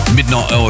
Midnight